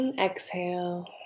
exhale